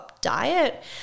diet